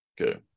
Okay